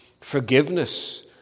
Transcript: forgiveness